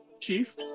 Chief